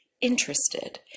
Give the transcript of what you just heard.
interested